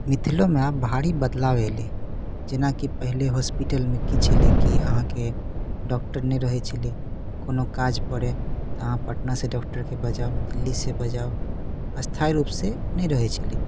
मिथिलोमे आब भारी बदलाव एलै जेनाकि पहिले हॉस्पिटलमे की छलै कि अहाँकेँ डॉक्टर नहि रहै छलै कोनो काज पड़ै तऽ अहाँ पटनासॅं डॉक्टरकेँ बजाउ दिल्लीसॅं बजाउ स्थाइ रूप से नहि रहै छलै